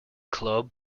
club